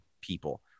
people